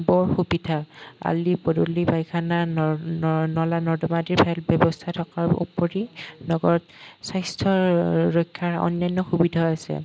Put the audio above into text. বৰ সুবিধা আলি পদূলি পায়খানা নৰ নৰা নলা নৰ্দমা আদিৰ ভাল ব্যৱস্থা থকাৰ উপৰি নগৰত স্বাস্থ্য ৰক্ষাৰ অন্যান্য সুবিধাও আছে